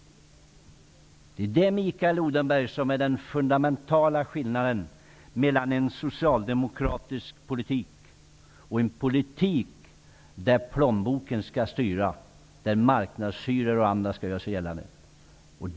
Det är det, Mikael Odenberg, som är den fundamentala skillnaden mellan en socialdemokratisk politik och en politik där plånboken skall styra, där marknadshyror och annat skall göras gällande.